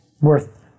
worth